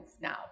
now